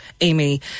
Amy